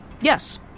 Yes